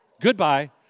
Goodbye